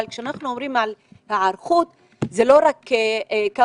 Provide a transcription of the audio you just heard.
אבל כשמדברים על היערכות זה לא רק כמה